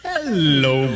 Hello